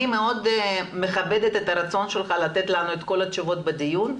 מאוד מכבדת את הרצון שלך לתת לנו את כל התשובות בדיון,